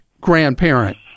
grandparent